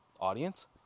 audience